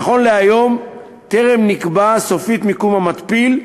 נכון להיום טרם נקבע סופית מיקום המתפיל,